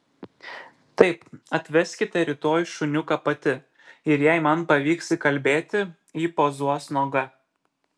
taip atveskite rytoj šuniuką pati ir jei man pavyks įkalbėti ji pozuos nuoga